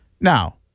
Now